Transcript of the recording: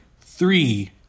three